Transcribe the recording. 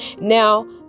now